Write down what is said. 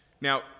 Now